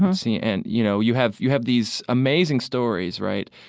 see and you know, you have you have these amazing stories, right?